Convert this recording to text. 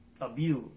abuse